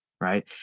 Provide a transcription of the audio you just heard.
Right